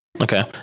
okay